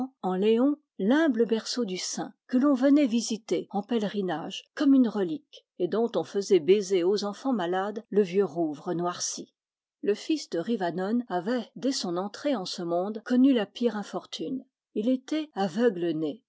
en léon l'humble berceau du saint que l'on venait visiter en pèlerinage comme une relique et dont on faisait baiser aux enfants malades le vieux rouvre noirci le fils de rivanone avait dès son entrée en ce monde connu la pire infortune il était aveugle-né